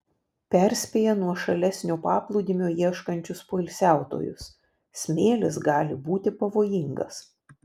perspėja nuošalesnio paplūdimio ieškančius poilsiautojus smėlis gali būti pavojingas